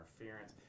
interference